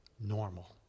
normal